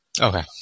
okay